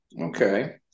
okay